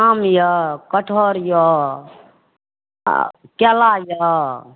आम यऽ कटहर यऽ आओर केला यऽ